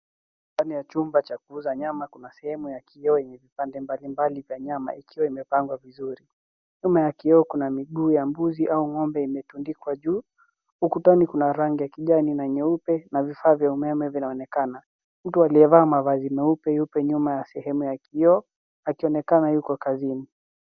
Ndani ya chumba cha kuuza nyama kuna sehemu ya kioo na vipande mbalimbali za nyama ikiwa imepangwa vizuri. Nyuma ya kioo kuna miguu ya mbuzi au ng'ombe imetundikwa juu. Ukutani kuna rangi ya kijani na nyeupe na vifaa vya umeme vinaonekana. Mtu aliyevaa mavazi nyeupe yupo nyuma ya sehemu ya nyuma ya kioo akionekana yuko kazini.